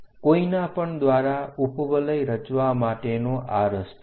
કોઈના પણ દ્વારા ઉપવલય રચવા માટેનો આ રસ્તો છે